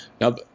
Now